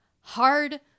hard